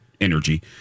energy